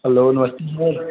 hello namaste sir